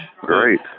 Great